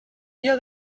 dia